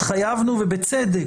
התחייבנו ובצדק,